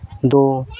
ᱫᱚ